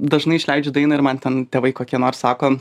dažnai išleidžiu dainą ir man ten tėvai kokie nors sako